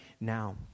now